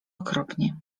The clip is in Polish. okropnie